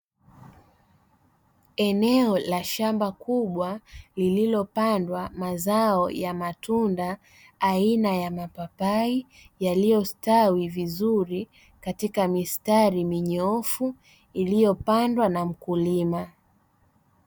Eneo la shamba kubwa lililopandwa mazao ya matunda aina ya mapapai, yaliyostawi vizuri katika mistari minyoofu iliyopandwa na mkulima.